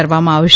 કરવામાં આવશે